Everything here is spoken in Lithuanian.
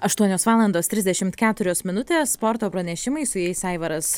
aštuonios valandos trisdešimt keturios minutės sporto pranešimai su jais aivaras